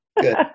Good